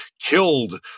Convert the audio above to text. killed